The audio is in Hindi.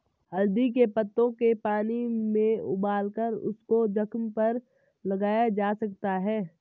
हल्दी के पत्तों के पानी में उबालकर उसको जख्म पर लगाया जा सकता है